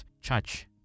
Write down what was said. church